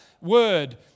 word